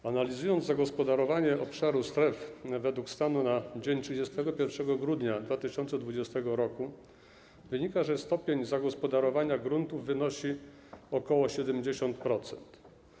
Z analizy zagospodarowania obszaru stref według stanu na dzień 31 grudnia 2020 r. wynika, że stopień zagospodarowania gruntów wynosi ok. 70%.